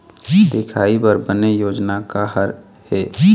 दिखाही बर बने योजना का हर हे?